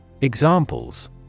Examples